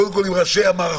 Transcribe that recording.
קודם כל עם ראשי המערכות,